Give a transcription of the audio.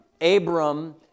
Abram